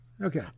Okay